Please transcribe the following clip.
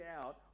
out